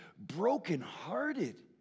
brokenhearted